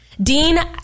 Dean